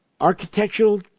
architectural